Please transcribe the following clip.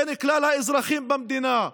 בין כלל האזרחים במדינה,